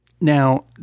Now